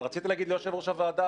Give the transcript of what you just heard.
אבל רציתי לומר ליושב-ראש הוועדה,